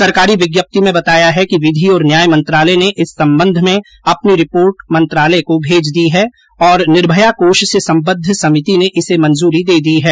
सरकारी विज्ञप्ति में बताया है कि विधि और न्याय मंत्रालय ने इस संबंध में अपनी रिपोर्ट मंत्रालय को भेज दी है और निर्भया कोष से संबद्ध समिति ने इसे मंजूरी दे दी है